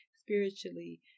spiritually